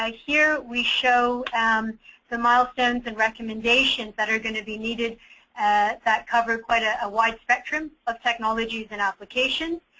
ah here, we show um the milestones and recommendation that are going to be needed that covered by ah a wide spectrum of technologies and application.